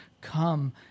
Come